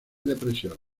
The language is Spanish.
depresiones